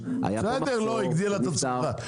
היה פה מחסור --- הגדילה את הצריכה,